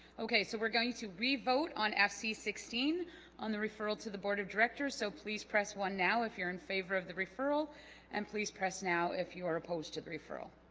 okay so we're going to revote on fc sixteen on the referral to the board of directors so please press one now if you're in favor of the referral and please press now if you are opposed to the referral